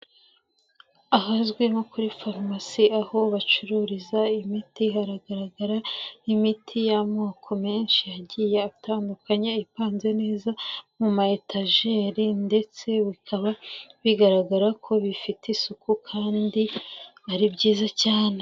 Ahazwi nko kuri farumasi, aho bacururiza imiti, haragaragara nk'imiti y'amoko menshi agiye atandukanye, ipanze neza mu ma etajeri, ndetse bikaba bigaragara ko bifite isuku, kandi ari byiza cyane.